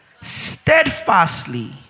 steadfastly